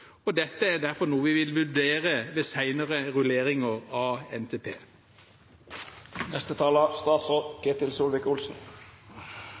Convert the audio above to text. at dette derfor er noe vi vil vurdere ved senere rulleringer av